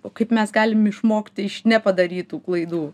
o kaip mes galim išmokti iš nepadarytų klaidų